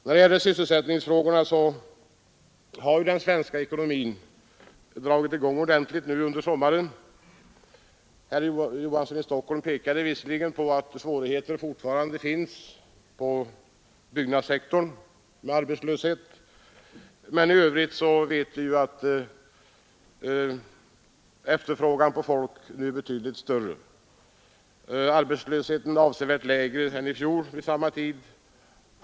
När det gäller sysselsättningsläget har den svenska ekonomin dragit i gång riktigt ordentligt under sommaren. Herr Johansson i Stockholm pekade visserligen på att svårigheter fortfarande finns inom byggnadssektorn, men i övrigt vet vi att efterfrågan på arbetskraft nu är betydligt större. Arbetslösheten är avsevärt lägre än i fjol vid samma tid.